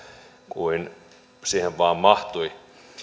kuin siihen vain mahtui